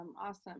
awesome